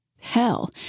Hell